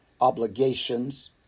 obligations